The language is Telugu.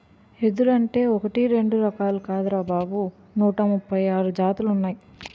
ఎదురంటే ఒకటీ రెండూ రకాలు కాదురా బాబూ నూట ముప్పై ఆరు జాతులున్నాయ్